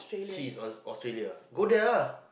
she's on Australia go there lah